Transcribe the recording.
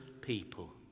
people